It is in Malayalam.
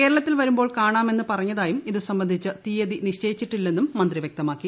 കേരളത്തിൽ വരുമ്പോൾ കാണാമെന്ന് പറഞ്ഞതായും ഇതു സംബന്ധിച്ച് തിയ്യതി നിശ്ചയിച്ചിട്ടില്ലെനും മന്ത്രി വൃക്തമാക്കി